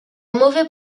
mauvais